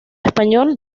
español